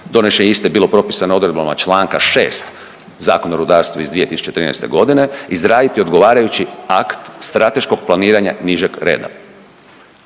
donošenje iste je bilo propisano odredbama Članka 6. Zakona o rudarstvu iz 2013. godine, izraditi odgovarajući akt strateškog planiranja nižeg reda